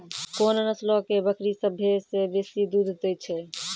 कोन नस्लो के बकरी सभ्भे से बेसी दूध दै छै?